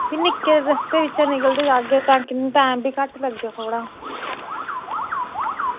ते इसी निक्के रस्ते च जाह्गे तां के टाईम घट्ट लग्गे साढ़ा